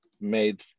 made